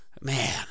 Man